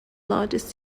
largest